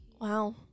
Wow